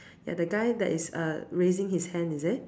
ya the guy that is uh raising his hand is it